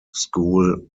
school